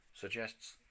suggests